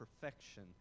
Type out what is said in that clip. perfection